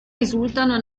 risultano